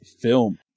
film